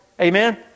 Amen